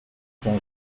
com